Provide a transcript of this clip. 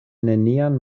nenian